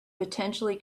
potentially